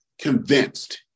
convinced